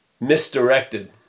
misdirected